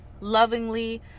lovingly